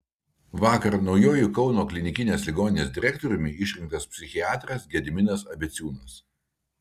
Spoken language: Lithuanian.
vakar naujuoju kauno klinikinės ligoninės direktoriumi išrinktas psichiatras gediminas abeciūnas